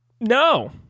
no